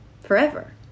forever